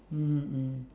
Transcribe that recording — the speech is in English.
mmhmm mm